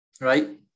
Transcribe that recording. right